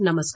नमस्कार